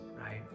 right